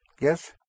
Yes